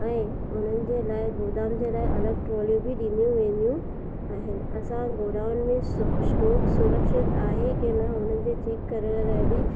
ऐं उन्हनि जे लाइ गोदाम जे लाए अलॻि ट्रॉलियूं बि ॾिनियूं वेंदियूं आहिनि असां गोडाउन में स स्टॉक सुरक्षित आहे की न उन्हनि जे चेक करण लाइ बि